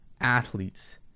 athletes